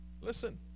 Listen